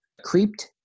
creeped